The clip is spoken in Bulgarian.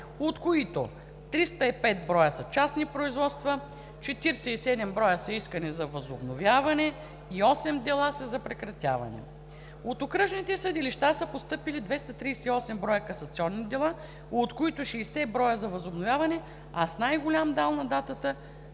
от които 305 броя са частни производства, 47 броя са искания за възобновяване и осем дела са за прекратяване. От окръжните съдилища са постъпили 238 броя касационни дела, от които 60 броя за възобновяване, а с най-голям дял на делата